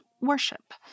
worship